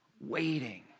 waiting